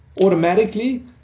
Automatically